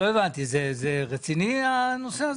זה רציני הנושא הזה?